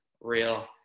real